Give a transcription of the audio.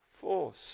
force